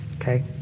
Okay